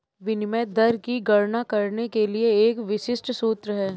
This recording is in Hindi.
विनिमय दर की गणना करने के लिए एक विशिष्ट सूत्र है